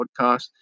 podcast